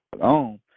on